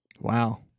Wow